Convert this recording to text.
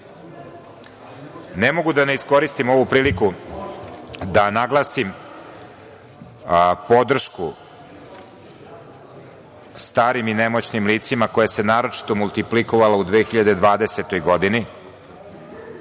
mogu da ne iskoristim ovu priliku da naglasim podršku starim i nemoćnim licima, koja se naročito multiplikovala u 2020. godini,